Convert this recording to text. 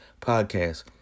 Podcast